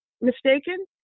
mistaken